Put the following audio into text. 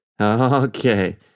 Okay